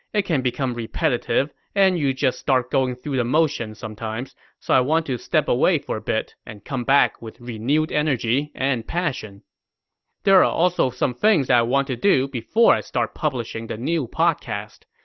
it can become repetitive and you just start going through the motion sometimes, so i want to step away for a bit and come back with renewed energy and passion there are also some things i want to do before i start publishing the next podcast.